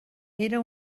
era